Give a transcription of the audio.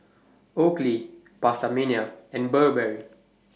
Oakley PastaMania and Burberry